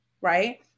right